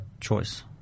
choice